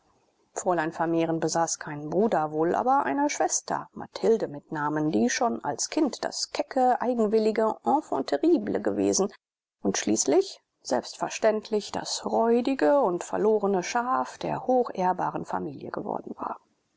fräulein vermehren besaß keinen bruder wohl aber eine schwester mathilde mit namen die schon als kind das kecke eigenwillige enfant terrible gewesen und schließlich selbstverständlich das räudige und verlorene schaf der hochehrbaren familie geworden war